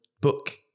book